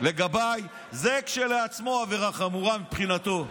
לגביי הוא כשלעצמו עבירה חמורה מבחינתו.